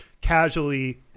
casually